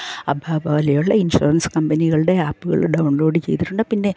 അബ്ബ പോലെയുള്ള ഇൻഷുറൻസ് കമ്പനികളുടെ ആപ്പുകൾ ഡൗൺലോഡ് ചെയ്തിട്ടുണ്ട് പിന്നെ